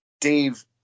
Dave